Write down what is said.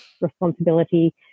responsibility